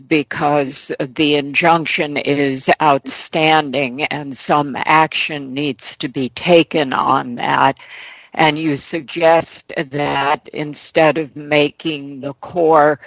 because the injunction is outstanding and some action needs to be taken on that and you suggest that instead of making the core